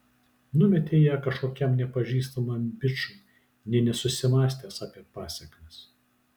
numetei ją kažkokiam nepažįstamam bičui nė nesusimąstęs apie pasekmes